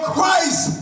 Christ